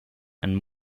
and